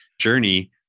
journey